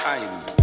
Times